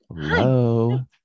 Hello